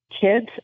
kids